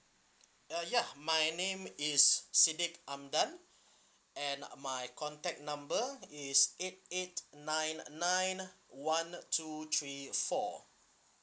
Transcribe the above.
uh ya my name is sidek amdan and my contact number is eight eight nine nine one two three four